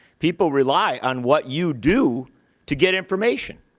people rely on what you do to get information.